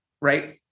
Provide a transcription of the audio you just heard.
right